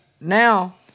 now